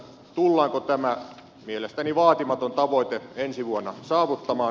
tullaanko tämä mielestäni vaatimaton tavoite ensi vuonna saavuttamaan